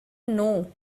know